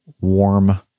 warm